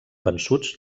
vençuts